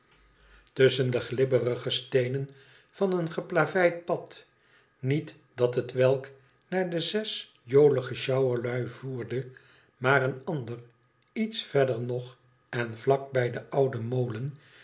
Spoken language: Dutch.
tusschen de glibberige steenen van een geplaveid pad niet dat hetwelk naar de zes jolige sjouwerlui voerde maar een ander iets verder nog en vlak bij den ouden molen